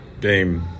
game